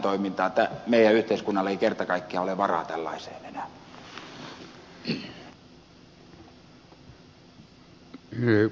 meidän yhteiskunnallamme ei kerta kaikkiaan ole varaa tällaiseen enää